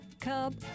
cub